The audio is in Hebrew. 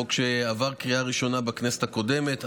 חוק שעבר בקריאה ראשונה בכנסת הקודמת.